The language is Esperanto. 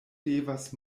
devas